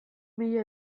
mila